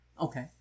Okay